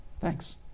thanks